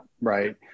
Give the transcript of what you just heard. Right